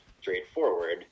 straightforward